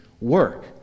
work